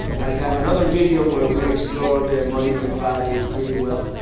i have another video where we explored monument valley pretty well.